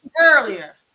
earlier